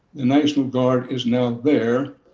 the national guard is now there.